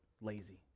lazy